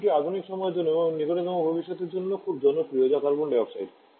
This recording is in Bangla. দ্বিতীয়টি আধুনিক সময়ের জন্য এবং নিকটতম ভবিষ্যতের জন্য খুব জনপ্রিয় যা কার্বন ডাই অক্সাইড